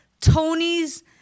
Tony's